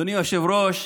אדוני היושב-ראש,